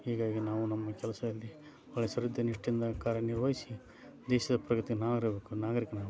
ಹೀಗಾಗಿ ನಾವು ನಮ್ಮ ಕೆಲಸದಲ್ಲಿ ಒಳ್ಳೆಯ ಶ್ರದ್ಧೆ ನಿಷ್ಠೆಯಿಂದ ಕಾರ್ಯ ನಿರ್ವಹಿಸಿ ದೇಶದ ಪ್ರಗತಿಗೆ ನಾಗರೀಕ ನಾಗರೀಕನಾಗಬೇಕು